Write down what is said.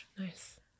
nice